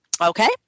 Okay